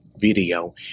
video